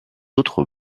autres